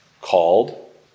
called